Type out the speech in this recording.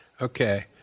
Okay